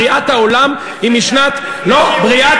בריאת העולם היא משנת 700,